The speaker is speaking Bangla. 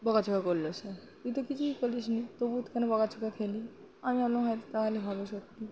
বকাঝকা করলো স্যার তুই তো কিছুই করিসনি তবুও তুই কেন বকাঝকা খেলি আমি ভাবলাম হয়তো তাহলে হবে সত্যি